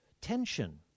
tension